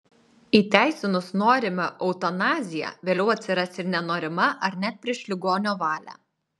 įteisinus norimą eutanaziją vėliau atsiras ir nenorima ar net prieš ligonio valią